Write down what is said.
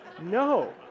No